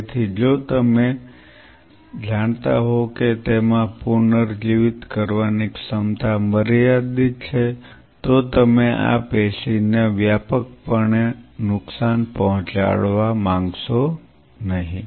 તેથી જો તમે જાણતા હોવ કે તેમાં પુનર્જીવિત કરવાની ક્ષમતા મર્યાદિત છે તો તમે આ પેશીને વ્યાપકપણે નુકસાન પહોંચાડવા માંગશો નહિ